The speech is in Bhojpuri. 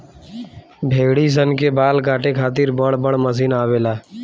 भेड़ी सन के बाल काटे खातिर बड़ बड़ मशीन आवेला